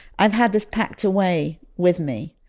i'd have this packed away with me,